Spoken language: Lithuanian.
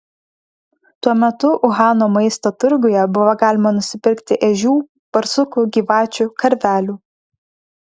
tuo metu uhano maisto turguje buvo galima nusipirkti ežių barsukų gyvačių karvelių